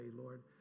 Lord